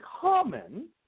common